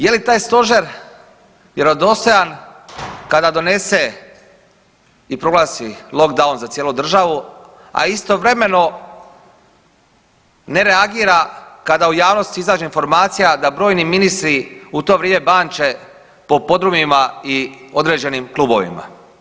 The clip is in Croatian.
Je li taj stožer vjerodostojan kada donese i proglasi lockdown za cijelu državu, a istovremeno ne reagira kada u javnosti izađe informacija da brojni ministri u to vrijeme banče po podrumima i određenim klubovima?